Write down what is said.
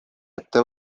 ette